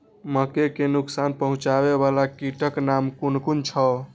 मके के नुकसान पहुँचावे वाला कीटक नाम कुन कुन छै?